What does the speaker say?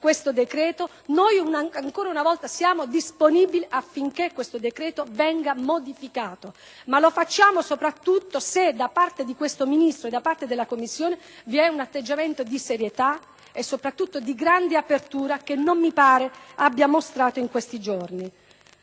Noi ancora una volta siamo disponibili affinché il decreto al nostro esame venga modificato, ma lo facciamo soprattutto se da parte di questo Ministro e della Commissione vi è un atteggiamento di serietà e soprattutto di grande apertura, che non mi pare abbia mostrato in questi giorni.